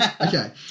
Okay